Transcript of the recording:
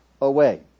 away